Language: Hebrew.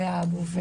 חיה עבו,